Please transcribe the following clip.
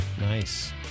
Nice